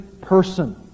person